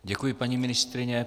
Děkuji, paní ministryně.